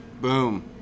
Boom